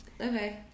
Okay